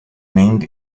named